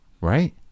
Right